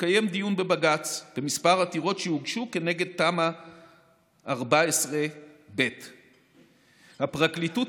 התקיים דיון בבג"ץ בכמה עתירות שהוגשו כנגד תמ"א 14/ב. הפרקליטות